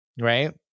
Right